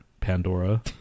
Pandora